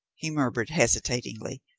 he murmured hesitatingly.